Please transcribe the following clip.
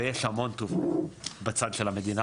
ויש המון טוב הלב בצד של המדינה,